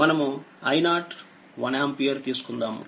మనముi0 1ఆంపియర్తీసుకుందాము